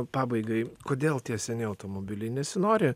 pabaigai kodėl tie seni automobiliai nesinori